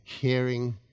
caring